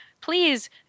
Please